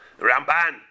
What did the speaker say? Ramban